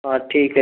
हाँ ठीक है